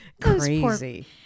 Crazy